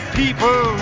people